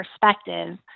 perspective